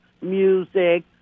music